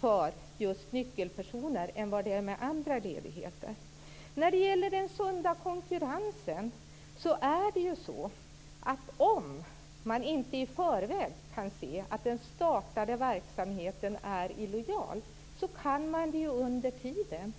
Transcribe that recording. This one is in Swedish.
för just nyckelpersoner med den här ledigheten än det är med andra ledigheter. Vi har talat om sund konkurrens. Om man inte i förväg kan se att den startade verksamheten är illojal så kan man det under tiden.